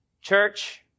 Church